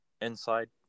inside